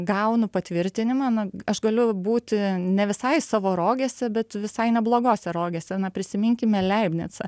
gaunu patvirtinimą na aš galiu būti ne visai savo rogėse bet visai neblogose rogėse na prisiminkime leibnicą